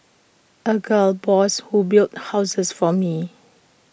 A gal boss who builds houses for me